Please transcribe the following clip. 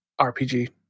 rpg